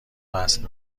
وصل